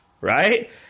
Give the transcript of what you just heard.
Right